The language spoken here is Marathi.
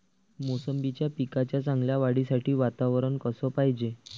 मोसंबीच्या पिकाच्या चांगल्या वाढीसाठी वातावरन कस पायजे?